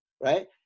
right